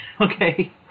Okay